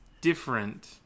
different